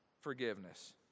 forgiveness